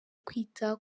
kwita